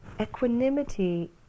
equanimity